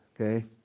okay